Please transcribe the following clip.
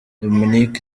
dominic